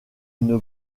une